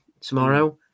tomorrow